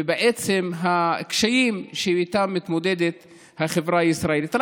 ובעצם על הקשיים שאיתם מתמודדת החברה הישראלית.